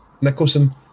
Nicholson